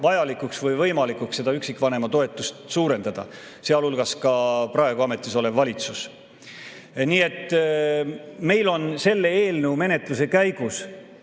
või võimalikuks seda üksikvanema toetust suurendada, sealhulgas praegu ametis olev valitsus. Meil on selle eelnõu menetluse käigus